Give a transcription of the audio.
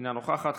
אינה נוכחת.